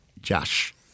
Josh